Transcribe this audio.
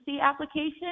application